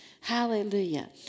Hallelujah